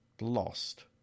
lost